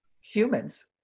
humans